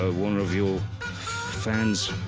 ah one of your fans,